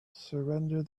surrender